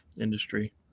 industry